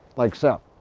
like so.